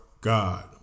God